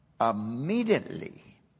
Immediately